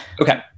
Okay